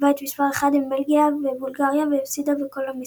מספר 1 עם בלגיה ובולגריה, והפסידה בכל המשחקים.